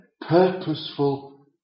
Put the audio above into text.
Purposeful